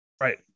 Right